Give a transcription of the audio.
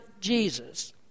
Jesus